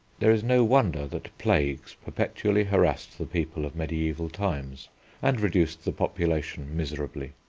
there is no wonder that plagues perpetually harassed the people of mediaeval times and reduced the population miserably.